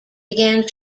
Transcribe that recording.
began